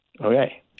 Okay